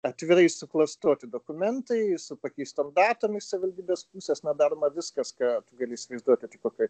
atvirai suklastoti dokumentai su pakeistom datom iš savivaldybės pusės na daroma viskas ką gali įsivaizduoti tik kokioj